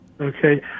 Okay